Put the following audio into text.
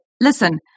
listen